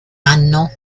anno